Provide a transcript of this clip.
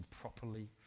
properly